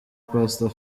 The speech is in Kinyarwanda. pastor